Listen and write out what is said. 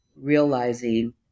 realizing